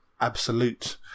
absolute